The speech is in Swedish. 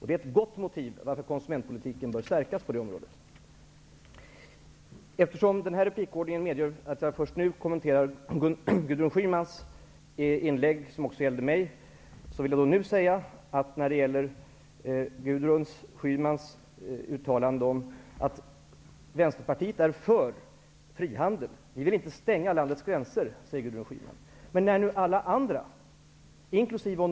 Det är ett gott motiv för att konsumentpolitiken bör stärkas på det området. Eftersom replikordningen medger att jag först nu kommenterar Gudrun Schymans inlägg, som också gällde mig, vill jag nu säga något om Gudrun Schymans uttalande att Vänsterpartiet är för frihandel. Vi vill inte stänga landets gränser, säger Gudrun Schyman. Men när nu alla andra, inkl.